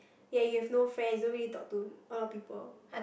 ya you have no friends you don't really talk to a lot of people